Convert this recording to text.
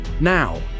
Now